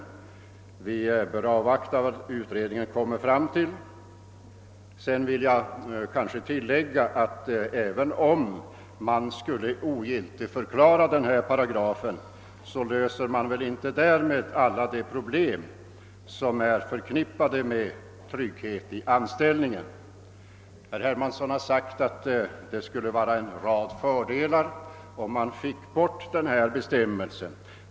Vi bör alltså avvakta dess resultat. Jag vill tillägga att även om man skulle ogiliigförklara denna paragraf, löser man väl inte därmed alla de problem som är förknippade med frågan om trygghet i anställningen. Herr Hermansson har sagt att det skulle medföra en rad fördelar om man fick bort paragrafen.